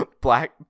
black